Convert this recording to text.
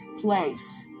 place